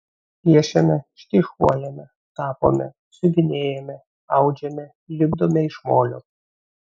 piešiame štrichuojame tapome siuvinėjame audžiame lipdome iš molio